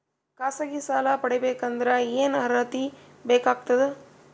ಖಾಸಗಿ ಸಾಲ ಪಡಿಬೇಕಂದರ ಏನ್ ಅರ್ಹತಿ ಬೇಕಾಗತದ?